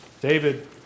David